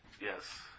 Yes